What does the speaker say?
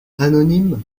anonyme